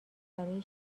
برای